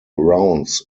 rounds